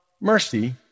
mercy